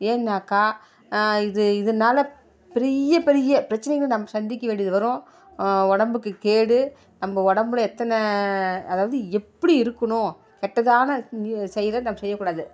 ஏன்னாக்கால் இது இதனால பெரிய பெரிய பிரச்சினைகள் நம்ம சந்திக்க வேண்டியது வரும் உடம்புக்கு கேடு நம்ம உடம்புல எத்தனை அதாவது எப்படி இருக்கணும் கெட்டது தானே செய்கிற நம்ம செய்யக்கூடாது